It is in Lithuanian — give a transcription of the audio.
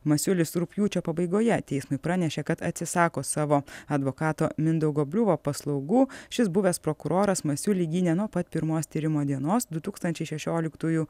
masiulis rugpjūčio pabaigoje teismui pranešė kad atsisako savo advokato mindaugo bliuvo paslaugų šis buvęs prokuroras masiulį gynė nuo pat pirmos tyrimo dienos du tūkstančiai šešioliktųjų